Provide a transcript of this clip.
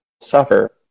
suffer